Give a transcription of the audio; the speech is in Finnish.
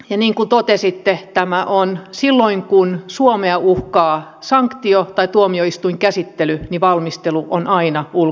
ja niin kuin totesitte silloin kun suomea uhkaa sanktio tai tuomioistuinkäsittely valmistelu on aina ulkoministeriön